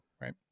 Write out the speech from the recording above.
Right